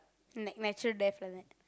na~ natural death like that